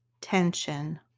tension